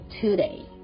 today